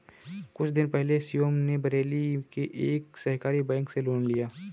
कुछ दिन पहले शिवम ने बरेली के एक सहकारी बैंक से लोन लिया